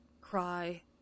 Cry